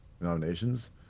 Nominations